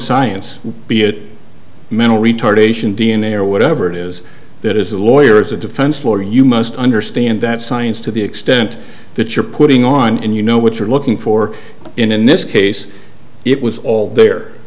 science be it mental retardation d n a or whatever it is that is a lawyer is a defense lawyer you must understand that science to the extent that you're putting on and you know what you're looking for in this case it was all there